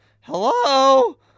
hello